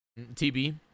TB